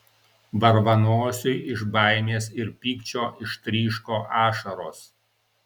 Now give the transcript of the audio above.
varvanosiui iš baimės ir pykčio ištryško ašaros